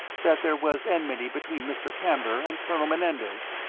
that there was enmity between mr. camber and colonel menendez.